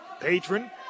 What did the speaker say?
Patron